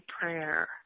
prayer